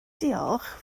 diolch